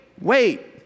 wait